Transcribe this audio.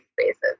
spaces